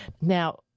Now